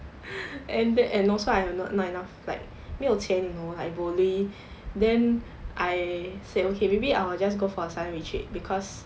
and then and also I am not not enough like 没有钱 you know like bo lui then I say okay maybe I will just go for a silent retreat because